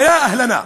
אנשינו,